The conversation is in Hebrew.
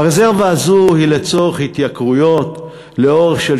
הרזרבה הזאת היא לצורך התייקרויות לאורך של